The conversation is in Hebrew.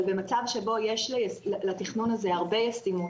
אבל במצב שבו יש לתכנון הזה הרבה ישימות